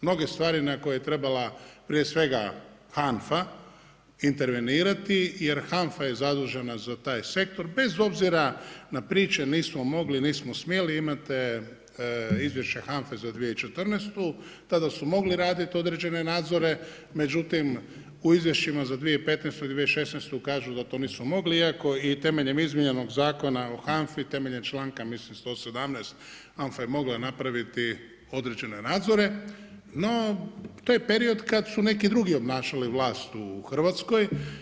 Mnoge stvari na koje je trebala prije svega HANFA intervenirati jer HANFA je zadužena za taj sektor bez obzira na priče nismo mogli, nismo smjeli, imate izvješće HANFA-e za 2014., tada smo mogli raditi određene nadzore, međutim u izvješćima za 2015., 2016. kažu da to nisu mogli iako i temeljem izmijenjenog zakona o HANFA-i, temeljem članka mislim 117., HANFA je mogla napraviti određene nadzore, no to je period kad su neki drugi obnašali vlast u Hrvatskoj.